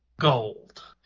gold